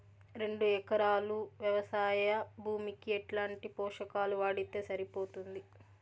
రెండు ఎకరాలు వ్వవసాయ భూమికి ఎట్లాంటి పోషకాలు వాడితే సరిపోతుంది?